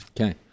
Okay